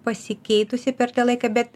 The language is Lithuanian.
pasikeitusi per tą laiką bet